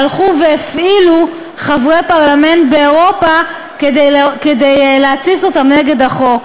הלכו והפעילו חברי פרלמנט באירופה כדי להתסיס אותם נגד החוק.